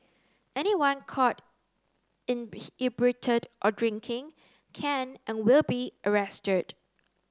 anyone caught inebriated or drinking can and will be arrested